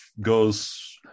goes